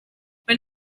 when